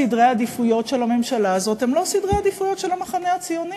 סדרי העדיפויות של הממשלה הזאת הם לא סדרי העדיפויות של המחנה הציוני.